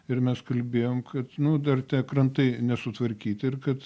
ir mes kalbėjom kad nu dar tie krantai nesutvarkyti ir kad